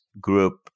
group